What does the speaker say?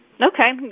Okay